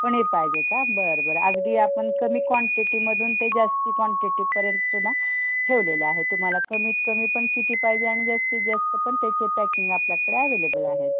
पनीर पाहिजे का बरं बरं अगदी आपण कमी कॉन्टिटीमधून ते जास्ती कॉन्टिटीपर्यंतसुद्धा ठेवलेलं आहे तुम्हाला कमीत कमी पण किती पाहिजे आणि जास्तीत जास्त पण त्याचे पॅकिंग आपल्याकडे ॲवेलेबल आहे